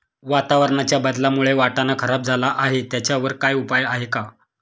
वातावरणाच्या बदलामुळे वाटाणा खराब झाला आहे त्याच्यावर काय उपाय आहे का?